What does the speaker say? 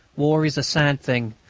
war is a sad thing,